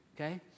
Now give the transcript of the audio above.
okay